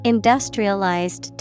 Industrialized